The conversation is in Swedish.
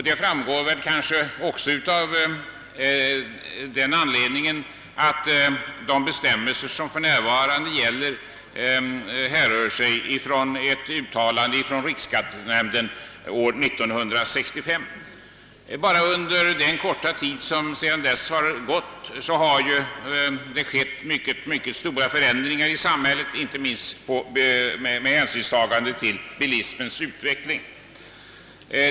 Det framgår kanske också av att de bestämmelser som för närvarande gäller grundar sig på ett uttalande av riksskattenämnden år 1965. Bara under den korta tid som sedan dess har gått har det ju skett mycket stora förändringar i samhället, inte minst med hänsynstagande till bilismens utveckling.